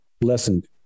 lessened